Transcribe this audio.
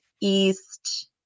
East